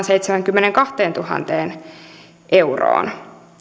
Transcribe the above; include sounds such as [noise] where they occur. [unintelligible] seitsemäänkymmeneenkahteentuhanteen euroon